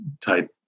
type